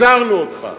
הזהרנו אותך.